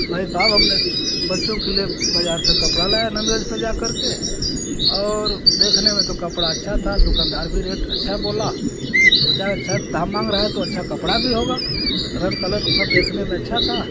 भाई साब हमने बच्चों के लिए बाज़ार से कपड़ा लाया नन्दगंज से जाकर के और देखने में तो कपड़ा अच्छा था दुकानदार भी रेट अच्छा बोला हम सोचा अच्छा दाम माँग रहा है तो अच्छा कपड़ा भी होगा रंग कलर सब देखने में अच्छा था